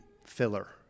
filler